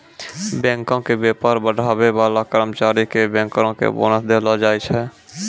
बैंको के व्यापार बढ़ाबै बाला कर्मचारी के बैंकरो के बोनस देलो जाय छै